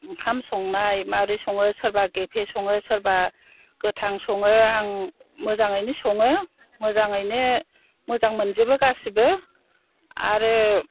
ओंखाम संनाय माबायदि सङो सोरबा गेफे सङो सोरबा गोथां सङो आं मोजाङैनो सङो मोजाङैनो मोजां मोनजोबो गासैबो आरो